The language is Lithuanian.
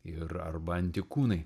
ir arba antikūnai